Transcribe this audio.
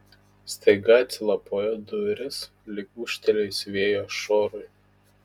staiga atsilapojo durys lyg ūžtelėjus vėjo šuorui